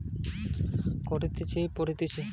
online অপ্লিকেশনে গিয়ে আমরা ব্যালান্স চেক করতে পারতেচ্ছি